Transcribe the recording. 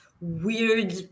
weird